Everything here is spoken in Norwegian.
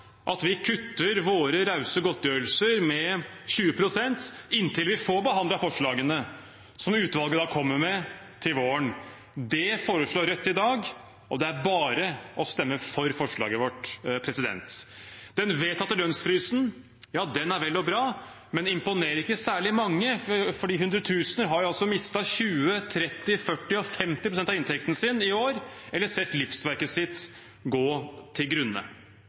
at vi kutter våre rause godtgjørelser med 20 pst., inntil vi får behandlet forslagene som utvalget kommer med til våren? Det foreslår Rødt i dag, og det er bare å stemme for forslaget vårt. Den vedtatte lønnsfrysen er vel og bra, men imponerer ikke særlig mange, for hundretusener har jo mistet 20, 30, 40 og 50 pst. av inntekten sin i år, eller sett livsverket sitt gå til grunne.